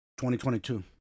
2022